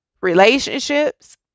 relationships